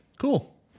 Cool